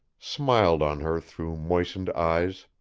smiled on her through moistened eyes,